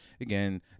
Again